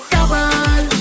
Double